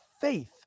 faith